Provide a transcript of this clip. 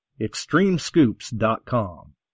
Extremescoops.com